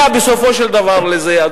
בסופו של דבר אנחנו נגיע לזה.